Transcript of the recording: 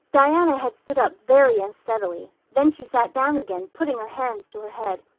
diana had stood up very unsteadily then she sat down again, putting her hands to her head.